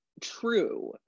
true